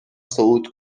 صعود